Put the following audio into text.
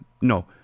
No